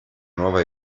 nuova